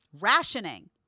rationing